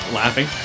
laughing